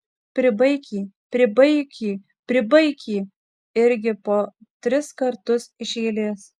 pribaik jį pribaik jį pribaik jį irgi po tris kartus iš eilės